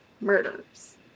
murders